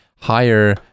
higher